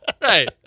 right